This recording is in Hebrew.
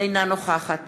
אינה נוכחת